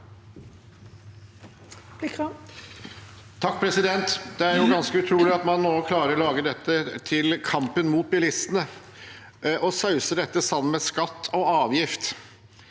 (A) Det er ganske utrolig at man nå klarer å lage dette til en kamp mot bilistene og sauser dette sammen med skatt og avgift.